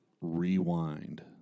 rewind